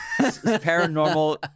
paranormal